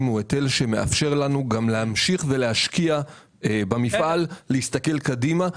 הוא מאפשר לנו להמשיך להשקיע במפעל ולהסתכל קדימה.